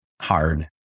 hard